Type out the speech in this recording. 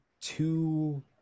two